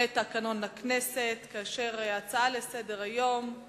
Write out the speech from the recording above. לתקנון הכנסת, כאשר ההצעה לסדר-היום היא